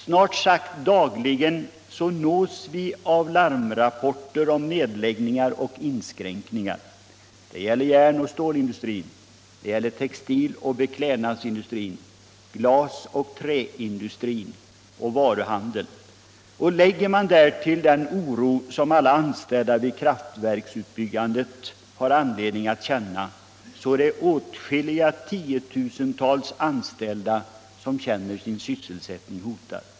Snart sagt dagligen nås vi av larmrapporter om nedläggningar och inskränkningar. Det gäller järnoch stålindustrin, textiloch beklädnadsindustrin, glasoch träindustrin samt varuhandeln. Lägger man därtill den oro som alla anställda inom kraftverksutbyggnadens område har anledning att hysa är det åtskilliga tiotusentals anställda som känner Allmänpolitisk debatt Allmänpolitisk debatt sin sysselsättning hotad.